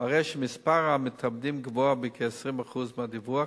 מראה שמספר המתאבדים גבוה בכ-20% מהדיווח,